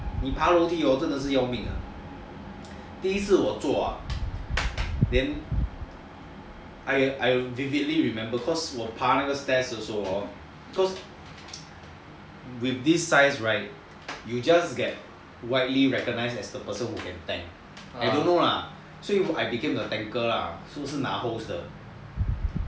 爬楼梯 hor 真的是要命 ah 第一次我做 ah then I vividly remember cause 我趴那个 stairs 的时候 hor with this size right you just get widely recognised as the person who can tank I don't know lah so I became a tanker lah so 是拿 hose 的